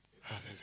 Hallelujah